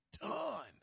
done